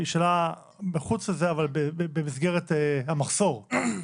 אבל במסגרת המחסור.